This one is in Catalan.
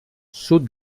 sud